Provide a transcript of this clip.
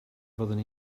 fydden